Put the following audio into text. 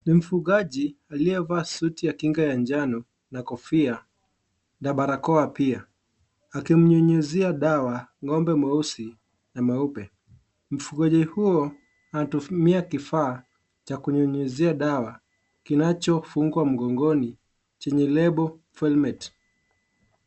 Ni mchungaji aliyevaa suti ya kinga ya njano na kofia na barakoa pia akimnyunyizia dawa ng'ombe mweusi na mweupe. Mfugaji huyo anatumia kifaa cha kunyunyizia dawa kinachofunga mgongoni chenye lebo felmet.